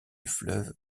fleuve